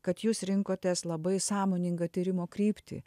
kad jūs rinkotės labai sąmoningą tyrimo kryptį